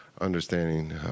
understanding